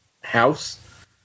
house